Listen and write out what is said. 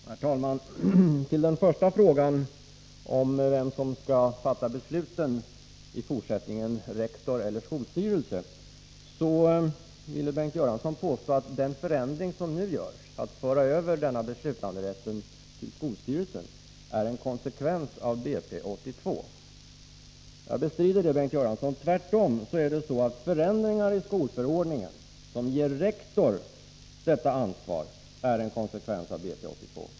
Herr talman! Som svar på den första frågan, om vem som skall fatta besluten i fortsättningen, rektor eller skolstyrelse, ville Bengt Göransson påstå att den förändring som nu görs innebärande överföring av beslutanderätten till skolstyrelsen är en konsekvens av Bp 82. Jag bestrider det, Bengt Göransson. Tvärtom ger förändringen i skolförordningen rektor detta ansvar — det är en konsekvens av Bp 82.